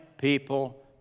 People